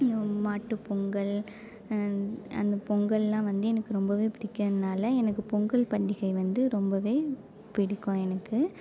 மாட்டு பொங்கல் அந்த பொங்கலாம் வந்து எனக்கு ரொம்ப பிடிக்கும்னால எனக்கு பொங்கல் பண்டிகை வந்து ரொம்ப பிடிக்கும் எனக்கு